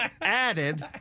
added